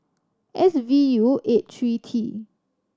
S V U eight three T